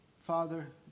father